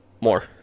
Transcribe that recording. more